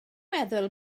meddwl